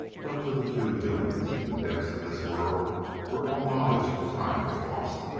but to the two humans, in the depths of this world where all knowledge of time was lost,